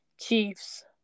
Chiefs